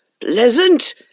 Pleasant